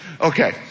Okay